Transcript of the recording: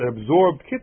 absorbed